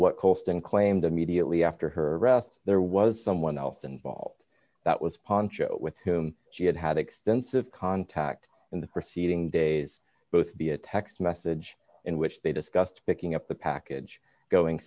what colston claimed immediately after her arrest there was someone else involved that was poncho with whom she had had extensive contact in the preceding days both be a text message in which they discussed picking up the package going